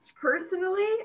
Personally